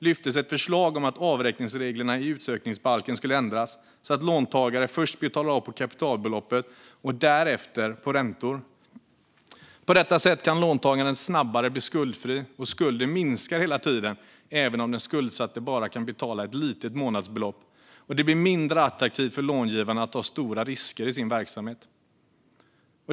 lyftes ett förslag om att avräkningsreglerna i utsökningsbalken skulle ändras så att låntagaren först betalar av på kapitalbeloppet och därefter räntor. På detta sätt kan låntagaren snabbare bli skuldfri, och skulden minskar hela tiden även om den skuldsatta bara kan betala ett litet månadsbelopp, och det blir därmed mindre attraktivt för långivarna att ta stora risker i sin verksamhet.